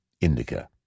indica